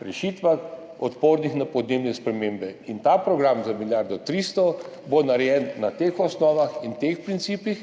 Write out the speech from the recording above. rešitvah, odpornih na podnebne spremembe. In ta program za milijardo 300 bo narejen na teh osnovah in teh principih.